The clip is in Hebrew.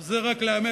זה רק לאמת,